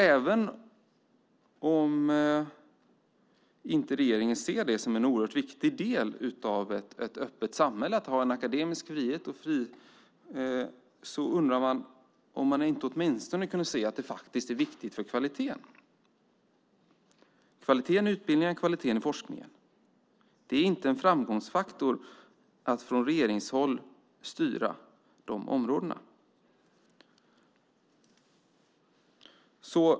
Även om inte regeringen ser det som en oerhört viktig del i ett öppet samhälle att ha en akademisk frihet, undrar jag om man inte åtminstone kunde se att det är viktigt för kvaliteten i utbildningen och kvaliteten i forskningen. Det är inte en framgångsfaktor att från regeringshåll styra de områdena.